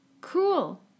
cool